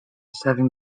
seven